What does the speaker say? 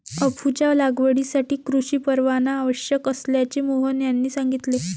अफूच्या लागवडीसाठी कृषी परवाना आवश्यक असल्याचे मोहन यांनी सांगितले